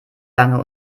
lange